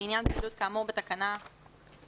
לעניין פעילות כאמור בתקנה 2(ב)(2א2),